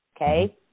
Okay